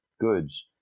goods